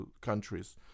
countries